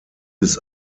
bis